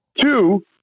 two